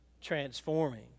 transforming